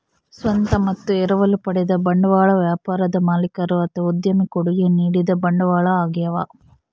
ಸ್ವಂತ ಮತ್ತು ಎರವಲು ಪಡೆದ ಬಂಡವಾಳ ವ್ಯಾಪಾರದ ಮಾಲೀಕರು ಅಥವಾ ಉದ್ಯಮಿ ಕೊಡುಗೆ ನೀಡಿದ ಬಂಡವಾಳ ಆಗ್ಯವ